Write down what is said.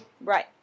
Right